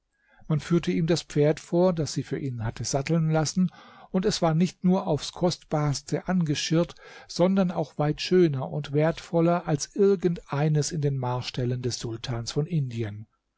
man führte ihm das pferd vor das sie für ihn hatte satteln lassen und es war nicht nur aufs kostbarste angeschirrt sondern auch weit schöner und wertvoller als irgend eines in den marställen des sultans von indien